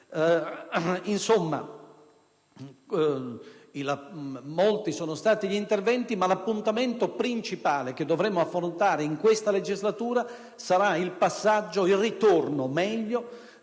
Insomma, molti sono stati gli interventi, ma l'appuntamento principale che dovremo affrontare in questa legislatura sarà il passaggio, o meglio